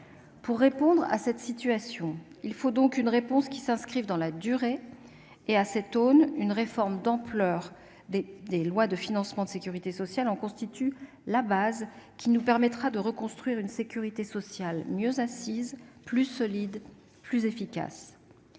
pour faire face à cette situation, il faut concevoir une réponse qui s'inscrive dans la durée, et une réforme d'ampleur des lois de financement de la sécurité sociale en constitue le fondement, lequel nous permettra de reconstruire une sécurité sociale mieux assise, plus solide et plus efficace.